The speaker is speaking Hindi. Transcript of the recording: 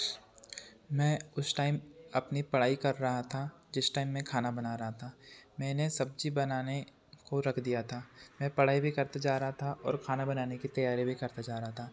मैं उस टाइम अपनी पड़ाई कर रहा था जिस टाइम मैं खाना बना था मैंने सब्ज़ी बनाने को रख दिया था मैं पड़ाई भी करते जा रहा था और खाना बनाने की तैयारी भी करता जा रहा था